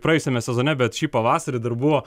praėjusiame sezone bet šį pavasarį dar buvo